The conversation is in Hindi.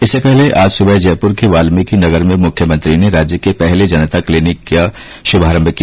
इससे पहले आज सुबह जयपुर के वाल्मिकी नगर में मुख्यमंत्री ने राज्य के पहले जनता क्लिनिक का भी शुभारम्भ किया